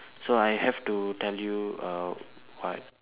so I have to tell you err what